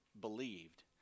believed